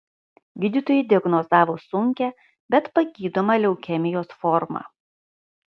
gydytojai diagnozavo sunkią bet pagydomą leukemijos formą